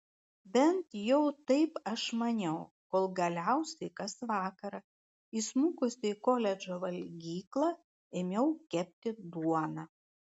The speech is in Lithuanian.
bent jau taip aš maniau kol galiausiai kas vakarą įsmukusi į koledžo valgyklą ėmiau kepti duoną